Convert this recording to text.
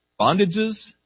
bondages